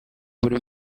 bukiri